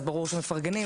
אז ברור שהם יפרגנו,